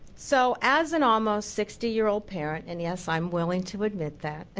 so as an almost sixty year old parent, and yes i'm willing to admit that,